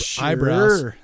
eyebrows